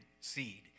seed